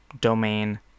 domain